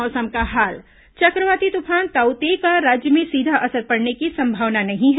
मौसम चक्रवाती तूफान ताऊ ते का राज्य में सीधा असर पड़ने की संभावना नही है